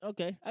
Okay